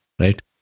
right